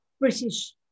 British